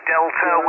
Delta